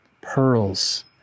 Pearls